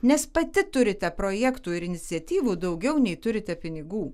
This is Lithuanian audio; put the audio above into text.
nes pati turite projektų ir iniciatyvų daugiau nei turite pinigų